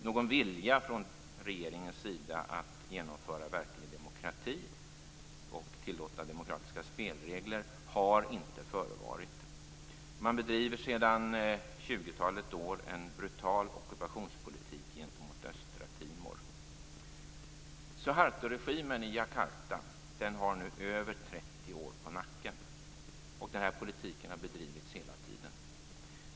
Någon vilja från regeringens sida att genomföra verklig demokrati och tillåta demokratiska spelregler har inte förevarit. Man bedriver sedan tjugotalet år en brutal ockupationspolitik gentemot Östra Timor. Suhartoregimen i Jakarta har nu över 30 år på nacken. Den här politiken har bedrivits hela tiden.